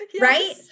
Right